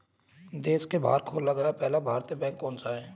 देश के बाहर खोला गया पहला भारतीय बैंक कौन सा था?